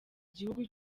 gihugu